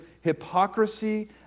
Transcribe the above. hypocrisy